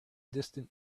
distant